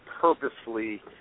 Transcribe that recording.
purposely